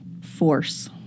force